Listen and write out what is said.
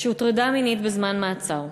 בזמן מעצר.